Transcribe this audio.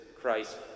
Christ